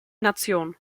nationen